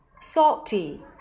Salty